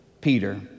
Peter